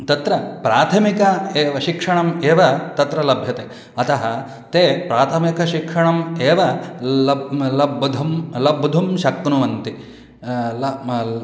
तत्र प्राथमिक एव शिक्षणम् एव तत्र लभ्यते अतः ते प्राथमिकशिक्षणम् एव लब्धुं लब्धुं लब्धुं शक्नुवन्ति ल